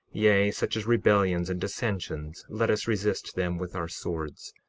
yea, such as rebellions and dissensions, let us resist them with our swords,